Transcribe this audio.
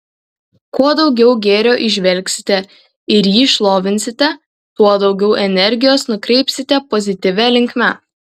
kuo daugiau gėrio įžvelgsite ir jį šlovinsite tuo daugiau energijos nukreipsite pozityvia linkme